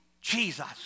Jesus